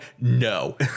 no